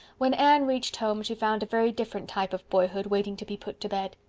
when anne reached home she found a very different type of boyhood waiting to be put to bed.